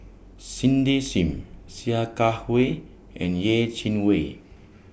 Cindy SIM Sia Kah Hui and Yeh Chi Wei